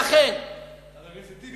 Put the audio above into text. אבל תגיד לי,